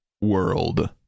world